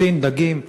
דגים מסין.